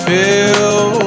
Feel